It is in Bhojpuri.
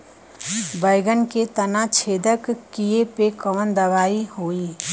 बैगन के तना छेदक कियेपे कवन दवाई होई?